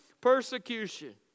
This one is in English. persecution